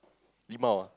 limau ah